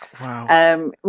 Wow